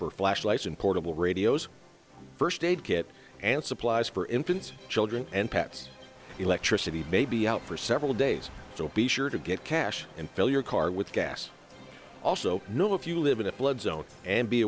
for flashlights and portable radios first aid kit and supplies for infants children and pets electricity may be out for several days so be sure to get cash and fill your car with gas also know if you live in a flood zone and be